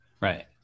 right